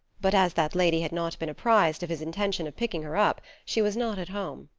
but as that lady had not been apprised of his intention of picking her up, she was not at home.